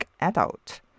adult